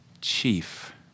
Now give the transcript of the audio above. chief